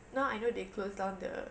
now I know they closed down the